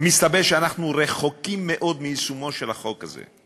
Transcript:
מסתבר שאנחנו רחוקים מאוד מיישומו של החוק הזה.